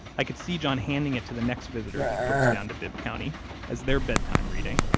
i could see john handing it to the next visitor he coaxed down to bibb county as their bedtime reading,